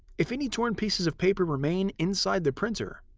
if any torn pieces of paper remain inside the printer,